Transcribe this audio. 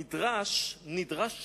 המדרש נדרש